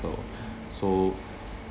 ankle so